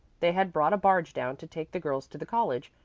they had brought a barge down to take the girls to the college,